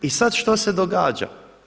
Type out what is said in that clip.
I sada što se događa?